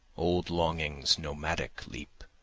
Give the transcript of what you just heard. old longings nomadic leap,